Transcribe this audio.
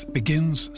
begins